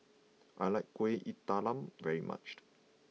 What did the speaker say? I like Kuih Talam very much